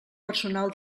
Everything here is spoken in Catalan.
personal